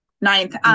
Ninth